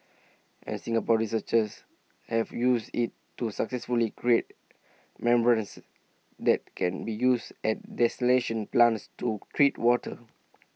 and Singapore researchers have used IT to successfully create membranes that can be used at desalination plants to treat water